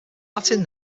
latin